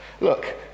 look